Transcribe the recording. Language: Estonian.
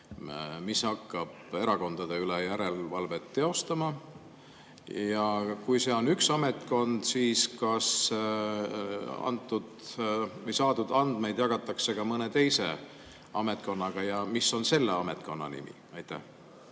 mis hakkab erakondade üle järelevalvet teostama? Kui see on üks ametkond, siis kas saadud andmeid jagatakse ka mõne teise ametkonnaga ja mis on selle ametkonna nimi? Aitäh,